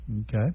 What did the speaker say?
okay